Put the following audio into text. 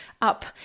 up